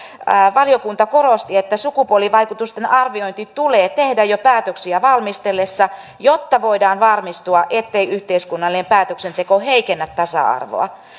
valiokunta korosti että sukupuolivaikutusten arviointi tulee tehdä jo päätöksiä valmistellessa jotta voidaan varmistua ettei yhteiskunnallinen päätöksenteko heikennä tasa arvoa